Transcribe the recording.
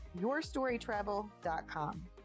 yourstorytravel.com